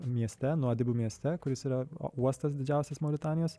mieste nuodėmių mieste kuris yra uostas didžiausias mauritanijos